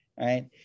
Right